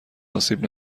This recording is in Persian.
آسیب